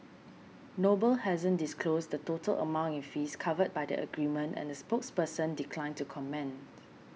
noble hasn't disclosed the total amount in fees covered by the agreement and the spokesperson declined to comment